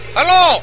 Hello